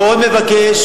מבקש,